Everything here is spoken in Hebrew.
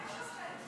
מה יש לכם.